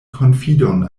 konfidon